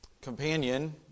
companion